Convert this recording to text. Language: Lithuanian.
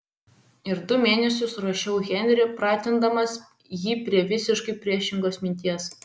ir du mėnesius ruošiau henrį pratindamas jį prie visiškai priešingos minties